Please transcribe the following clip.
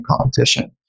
competition